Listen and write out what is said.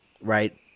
right